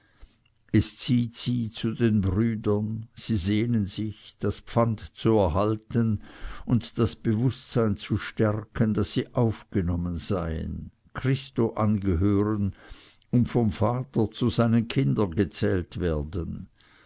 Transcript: es zieht sie zu den brüdern sie sehnen sich das pfand zu erhalten und das bewußtsein zu stärken daß sie aufgenommen seien christus angehören und vom vater zu seinen kindern gezählt werden